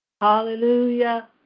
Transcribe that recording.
Hallelujah